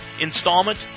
installment